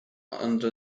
under